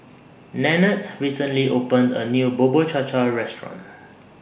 Nannette recently opened A New Bubur Cha Cha Restaurant